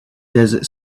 desert